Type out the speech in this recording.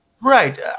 Right